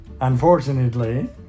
unfortunately